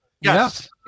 Yes